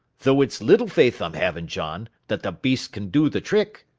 though it's little faith i'm having, john, that the beast can do the trick.